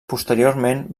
posteriorment